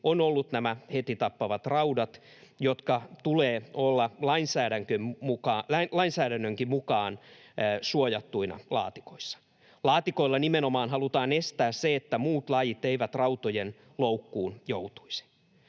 ovat olleet nämä hetitappavat raudat, joiden tulee olla lainsäädännönkin mukaan suojattuina laatikoissa. Laatikoilla nimenomaan halutaan estää se, että muut lajit joutuisivat rautojen loukkuun.